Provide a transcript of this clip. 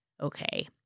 okay